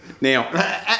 now